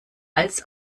als